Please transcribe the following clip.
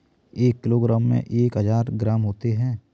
एक किलोग्राम में एक हजार ग्राम होते हैं